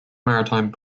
maritime